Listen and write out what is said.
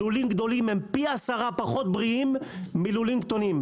לולים גדולים הם פי 10 פחות בריאים מלולים קטנים.